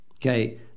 Okay